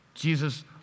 Jesus